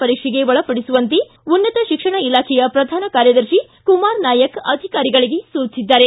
ಪರೀಕ್ಷೆಗೆ ಒಳಪಡಿಸುವಂತೆ ಉನ್ನತ ಶಿಕ್ಷಣ ಇಲಾಖೆಯ ಪ್ರಧಾನ ಕಾರ್ಯದರ್ಶಿ ಕುಮಾರ್ ನಾಯಕ್ ಅಧಿಕಾರಿಗಳಿಗೆ ಸೂಚಿಸಿದ್ದಾರೆ